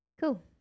cool